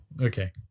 Okay